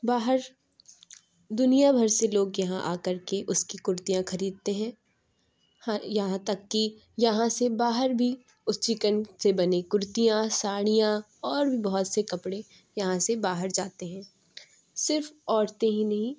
باہر دُنیا بھر سے لوگ یہاں آ کر کے اُس کی کُرتیاں خریدتے ہیں ہر یہاں تک کہ یہاں سے باہر بھی اُس چکن سے بنے کُرتیاں ساڑیاں اور بھی بہت سے کپڑے یہاں سے باہر جاتے ہیں صرف عورتیں ہی نہیں